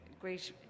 great